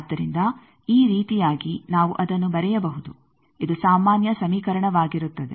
ಆದ್ದರಿಂದ ಈ ರೀತಿಯಾಗಿ ನಾವು ಅದನ್ನು ಬರೆಯಬಹುದು ಇದು ಸಾಮಾನ್ಯ ಸಮೀಕರಣವಾಗಿರುತ್ತದೆ